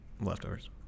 Leftovers